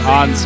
on